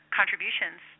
contributions